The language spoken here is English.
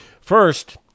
First